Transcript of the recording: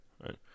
right